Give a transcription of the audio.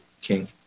King